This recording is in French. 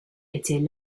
était